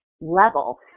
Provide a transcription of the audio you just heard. level